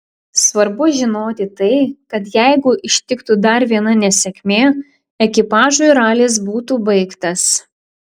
svarbu žinoti tai kad jeigu ištiktų dar viena nesėkmė ekipažui ralis būtų baigtas